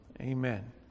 Amen